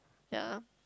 ya